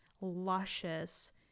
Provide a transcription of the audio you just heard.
luscious